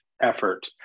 effort